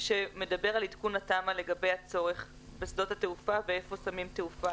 שמדבר על עדכון התמ"א לגבי הצורך בשדות התעופה והיכן שמים תעופה